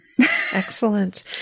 excellent